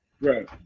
Right